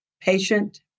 patient